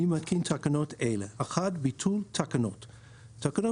אני מתקין תקנות אלה: ביטול תקנות 1. תקנות